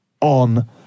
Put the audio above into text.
on